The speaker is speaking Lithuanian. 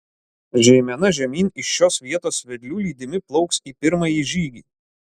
žeimena žemyn iš šios vietos vedlių lydimi plauks į pirmąjį žygį